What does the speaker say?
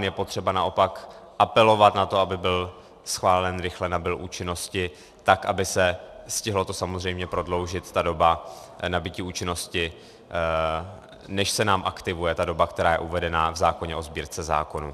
Je potřeba naopak apelovat na to, aby byl schválen, rychle nabyl účinnosti, tak aby se stihla samozřejmě prodloužit ta doba nabytí účinnosti, než se nám aktivuje ta doba, která je uvedena v zákoně o Sbírce zákonů.